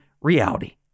reality